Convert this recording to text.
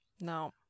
No